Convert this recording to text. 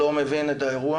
לא מבין את האירוע